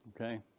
Okay